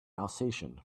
alsatian